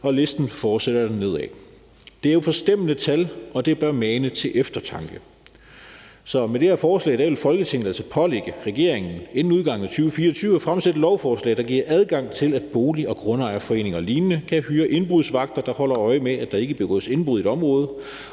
og listen fortsætte dernedad. Det er jo forstemmende tal, og det bør mane til eftertanke. Med det her forslag vil Folketinget altså pålægge regeringen inden udgangen af 2024 at fremsætte lovforslag, der giver adgang til, at bolig- og grundejerforeninger og lignende kan hyre indbrudsvagter, der holder øje med, at der ikke begås indbrud i et område,